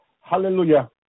hallelujah